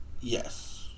Yes